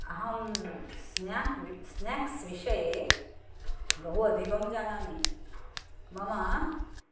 अहं स्नाक् वि स्नाक्स् विषये बहु अधिकं जानामि मम